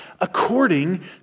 according